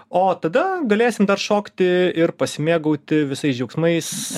o tada galėsim dar šokti ir pasimėgauti visais džiaugsmais